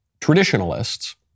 traditionalists